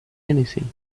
anything